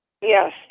Yes